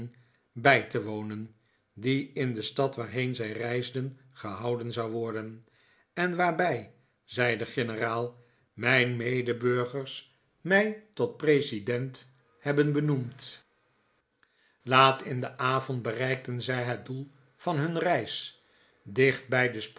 bij te wonen die in de stad waarheen zij reisden gehouden zou worden en waarbij zei de generaal mijn medeburgers mij tot president hebben benoemd laat in den avond bereikten zij het doel van hun reis dichtbij den